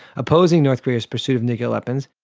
opposing north korea's pursuit of nuclear weapons.